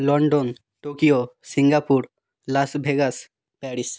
London Tokyo Singapore Las Vegas Paris